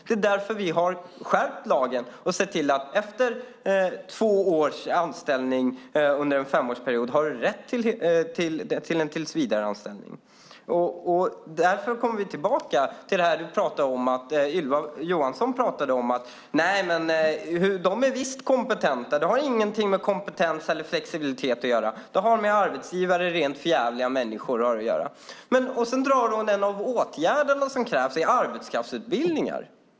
Det är därför vi har skärpt lagen och sett till att man efter två års anställning under en femårsperiod har rätt till en tillsvidareanställning. Därför kommer vi tillbaka till det som Ylva Johansson pratade om. Hon sade: De är visst kompetenta. Detta har ingenting med kompetens eller flexibilitet att göra. Det har att göra med att arbetsgivare är rent för djävliga människor! Sedan drar hon upp en av de åtgärder som krävs - arbetskraftsutbildningar.